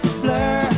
blur